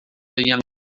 young